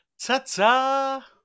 Ta-ta